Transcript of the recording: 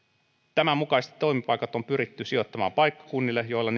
tämän mukaisesti toimipaikat on pyritty sijoittamaan paikkakunnille joilla